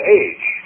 age